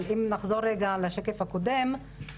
אבל אם נחזור רגע לשקף הקודם,